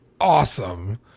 awesome